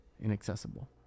inaccessible